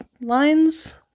lines